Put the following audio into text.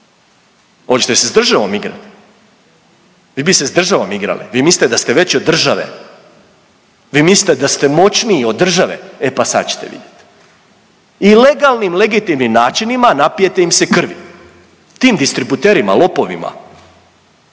oćete se s državom igrat, vi bi se s državom igrali, vi mislite da ste veći od države, vi mislite da ste moćniji od države, e pa sad ćete vidjet i legalnim, legitimnim načinima napijete im se krvi tim distributerima, lopovima.